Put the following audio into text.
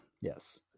yes